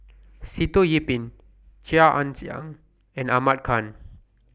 Sitoh Yih Pin Chia Ann Siang and Ahmad Khan